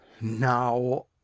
Now